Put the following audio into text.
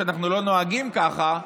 אנחנו לא נוהגים ככה,